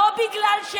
לא בגלל,